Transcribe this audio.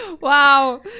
Wow